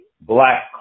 black